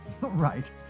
Right